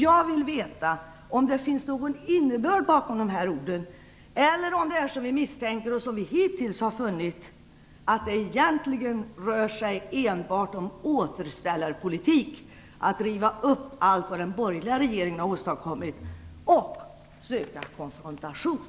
Jag vill veta om det finns någon innebörd bakom dessa ord, eller om det är som vi misstänker och som vi hittills har funnit det vara, att det egentligen enbart rör sig om återställarpolitik, dvs. en politik om att riva upp allt den borgerliga regeringen har åstadkommit och att söka konfrontation.